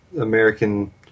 American